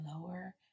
lower